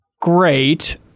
great